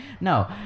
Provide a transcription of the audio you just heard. No